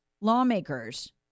lawmakers